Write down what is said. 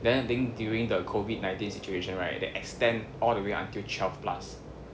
then I think during the COVID nineteen situation right they extend all the way until twelve plus